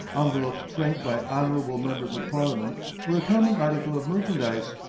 envelopes franked by honorable members of parliament were a common article of merchandise,